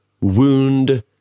wound